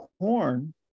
corn